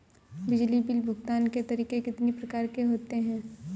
बिजली बिल भुगतान के तरीके कितनी प्रकार के होते हैं?